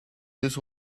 this